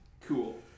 Cool